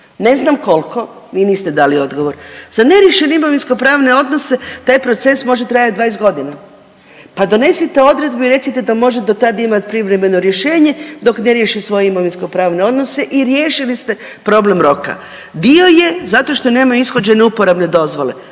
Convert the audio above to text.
ne znam kolko, vi niste dali odgovor. Za neriješene imovinskopravne odnose taj proces može trajat 20.g., pa donesite odredbu i recite da može do tad imat privremeno rješenje dok ne riješi svoje imovinskopravne odnose i riješili ste problem roka. Dio je zato što nema ishođene uporabne dozvole.